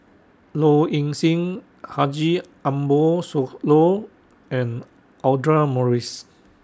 Low Ing Sing Haji Ambo Sooloh and Audra Morrice